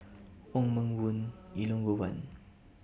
Wong Meng Voon Elangovan